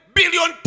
billion